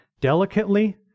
delicately